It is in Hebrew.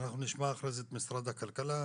אנחנו נשמע אחרי זה את משרד הכלכלה,